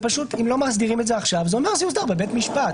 אם לא מסדירים את זה עכשיו זה אומר שזה יוסדר בבית המשפט.